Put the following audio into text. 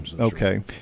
Okay